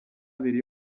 abiri